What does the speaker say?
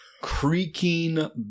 creaking